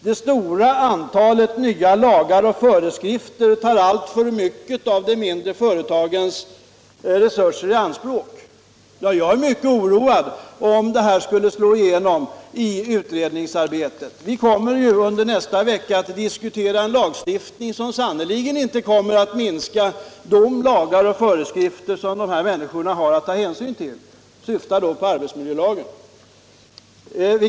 Det stora antalet nya lagar och föreskrifter tar alltför mycket av de mindre företagens resurser i anspråk.” Jag är mycket oroad om detta skulle slå igenom i utredningsarbetet. Vi kommer i nästa vecka att besluta om en lagstiftning som sannerligen inte kommer att minska de lagar och föreskrifter som småföretagarna har att ta hänsyn till. Jag syftar på arbetsmiljölagen.